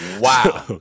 Wow